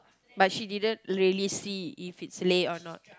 but she didn't really see if it's Lay a not